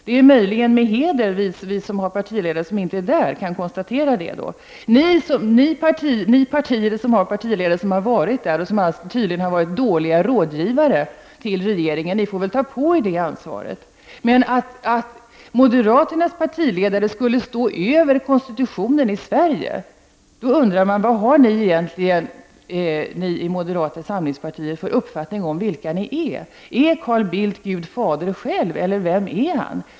Vi som tillhör de partier vilkas partiledare inte är representerade i utrikesnämnden kan möjligen med heder konstatera detta. Ni som tillhör de partier som varit representerade med en partiledare, vilka tydligen har varit dåliga rådgivare till regeringen, får väl ta ert ansvar för detta. Skulle moderaternas partiledare stå över konstitutionen i Sverige? Man kan undra vilken uppfattning ni i moderata samlingspartiet har om vilka ni är. Är Carl Bildt Gud Fader själv, eller vem är han?